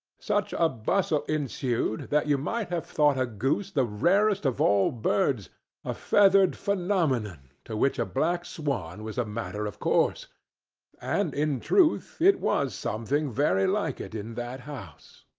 such a bustle ensued that you might have thought a goose the rarest of all birds a feathered phenomenon, to which a black swan was a matter of course and in truth it was something very like it in that house.